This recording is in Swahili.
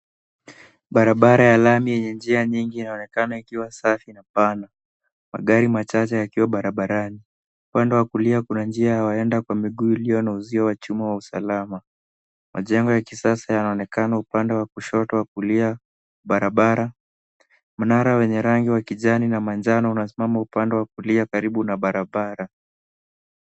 Barabara ya lami yenye njia nyingi inaonekana kuwa safi na pana, magari machache yakiwa barabarani. Upande wa kulia kuna njia ya waenda kwa miguu ilio na uzio wa chuma wa usalama. Majengo ya kisasa yanaonekana upande wa kushoto wa kulia barabara. Mnara wenye rangi wa kijani na manjano una simama upande wa kulia karibu na barabara.